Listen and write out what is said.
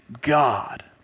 God